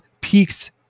peaks